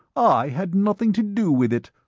i had nothing to do with it.